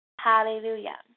Hallelujah